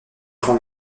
rend